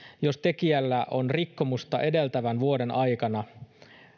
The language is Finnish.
jos tekijälle on rikkomusta edeltävän vuoden aikana